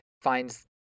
finds